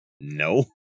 No